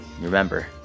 remember